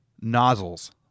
nozzles